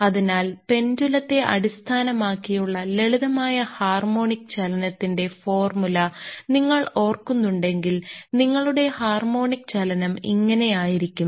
അതിനാൽ പെൻഡുലത്തെ അടിസ്ഥാനമാക്കിയുള്ള ലളിതമായ ഹാർമോണിക് ചലനത്തിന്റെ ഫോർമുല നിങ്ങൾ ഓർക്കുന്നുണ്ടെങ്കിൽ നിങ്ങളുടെ ഹാർമോണിക് ചലനം ഇങ്ങനെ ആയിരിക്കും